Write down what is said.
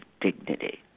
dignity